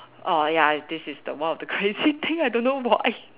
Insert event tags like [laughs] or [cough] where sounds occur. err ya this is was one of the crazy thing I don't know why [laughs]